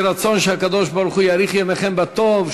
יהי רצון שהקדוש-ברוך-הוא יאריך ימיכם בטוב,